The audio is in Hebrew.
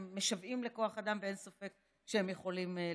הם משוועים לכוח אדם, ואין ספק שהם יכולים לתרום.